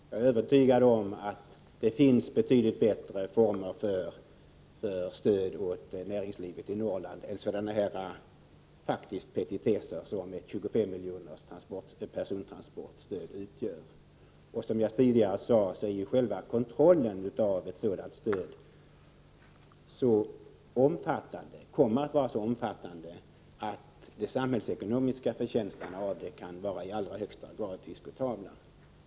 Jag är övertygad om att det finns betydligt bättre former för stöd åt näringslivet i Norrland än sådana petitesser som ett 25-miljoners persontransportstöd faktiskt utgör. Som jag tidigare sade kommer också själva kontrollen av ett sådant stöd att bli så omfattande att de samhällsekonomiska förtjänsterna av det i allra högsta grad är diskutabla.